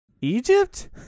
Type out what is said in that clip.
Egypt